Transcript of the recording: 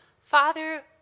Father